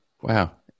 Wow